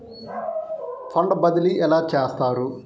Fund బదిలీ ఎలా చేస్తారు?